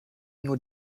nur